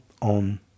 on